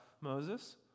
Moses